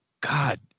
God